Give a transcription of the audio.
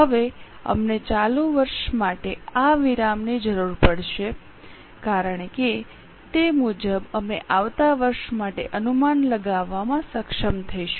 હવે અમને ચાલુ વર્ષ માટે આ વિરામની જરૂર પડશે કારણ કે તે મુજબ અમે આવતા વર્ષ માટે અનુમાન લગાવવામાં સક્ષમ થઈશું